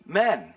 men